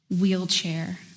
wheelchair